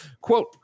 Quote